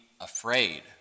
afraid